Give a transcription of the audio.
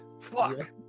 Fuck